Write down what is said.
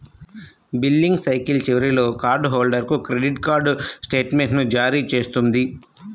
billing cycle చివరిలో card హోల్డర్కు credit card స్టేట్మెంట్ను జారీ చేస్తుంది